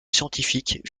scientifique